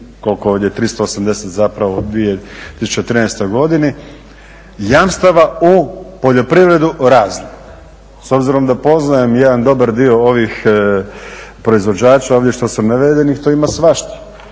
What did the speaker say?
koliko ovdje 380 zapravo u 2013. godini jamstava u poljoprivredu raznih? S obzirom da poznajem jedan dobar dio ovih proizvođača ovdje što su navedeni to ima svašta.